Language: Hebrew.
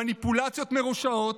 מניפולציות מרושעות.